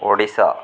Odisha